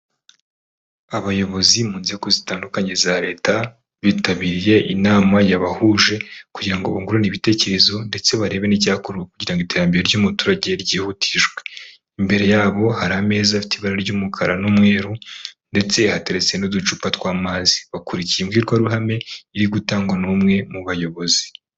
Abayobozi mu nzego zitandukanye za Leta, bitabiriye inama yabahuje kugira ngo bungurane ibitekerezo ndetse barebe n'icyakorwa kugira ngo iterambere ry'umuturage ryihutishwe, imbere yabo hari ameza afite ibara ry'umukara n'umweru ndetse hateretse n'uducupa tw'amazi, bakurikiye imbwirwaruhame iri gutangwa n'umwe mu bayobozi.